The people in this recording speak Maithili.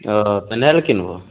ओ पेन्हए लए किनबहो